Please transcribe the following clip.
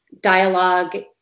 dialogue